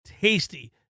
tasty